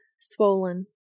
swollen